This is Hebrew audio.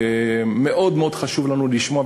מאוד מאוד חשוב לנו לשמוע.